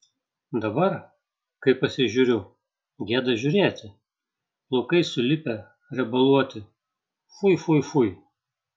dabar kai pasižiūriu gėda žiūrėti plaukai sulipę riebaluoti fui fui fui